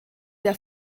der